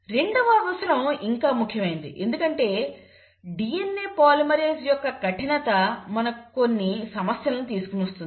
రెండవ అవసరం ఇంకా ముఖ్యమైనది ఎందుకంటే DNA పాలిమరేస్ యొక్క కఠినత మనకు కొన్ని సమస్యలను తీసుకొని వస్తుంది